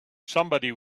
somebody